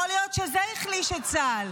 יכול להיות שזה החליש את צה"ל.